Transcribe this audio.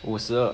五十二